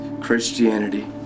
Christianity